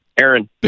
Aaron